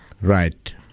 Right